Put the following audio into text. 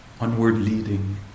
onward-leading